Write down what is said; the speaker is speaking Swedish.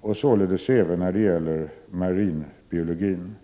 och således även när det gäller marinbiologin.